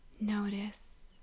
Notice